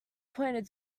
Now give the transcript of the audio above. pointed